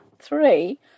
three